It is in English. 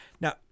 Now